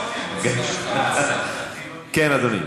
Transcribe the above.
כן, אדוני.